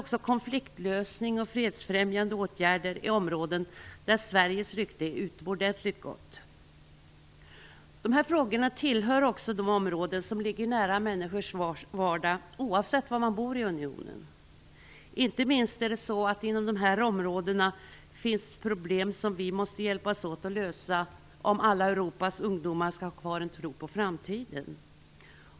Konfliktlösning och fredsfrämjande åtgärder är andra områden där Sveriges rykte är utomordentligt gott. Dessa frågor tillhör också de områden som ligger nära människors vardag oavsett var de bor i unionen. Det finns inom dessa områden problem som vi måste hjälpas åt att lösa, inte minst därför att Europas alla ungdomar måste kunna ha en tro på framtiden.